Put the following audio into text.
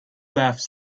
laughs